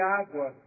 água